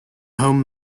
home